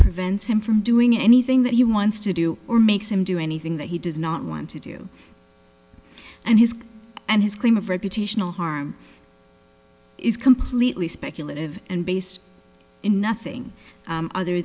prevents him from doing anything that he wants to do or makes him do anything that he does not want to do and his and his claim of reputational harm is completely speculative and based in nothing other